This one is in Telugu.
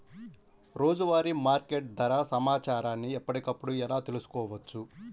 రోజువారీ మార్కెట్ ధర సమాచారాన్ని ఎప్పటికప్పుడు ఎలా తెలుసుకోవచ్చు?